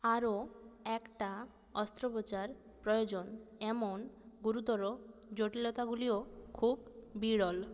আরও একটা অস্ত্রোপচার প্রয়োজন এমন গুরুতর জটিলতাগুলিও খুব বিরল